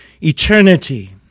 eternity